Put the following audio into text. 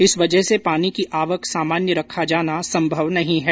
इस वजह से पानी की आवक सामान्य रखा जाना संभव नहीं है